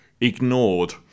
ignored